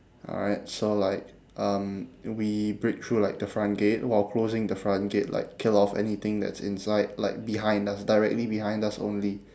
alright so like um we break through like the front gate while closing the front gate like kill off anything that's inside like behind us directly behind us only